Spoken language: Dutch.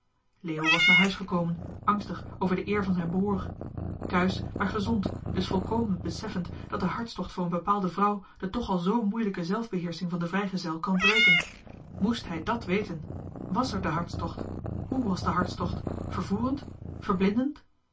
leo was naar huis gekomen angstig over de eer van zijn broer kuisch maar gezond dus volkomen beseffend dat de hartstocht voor een bepaalde vrouw de toch al z moeilijke zelfbeheersching van den vrijgezel kan breken mest hij dàt weten wàs er de hartstocht he was de hartstocht vervoerend verblindend